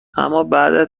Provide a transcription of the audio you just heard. امابعد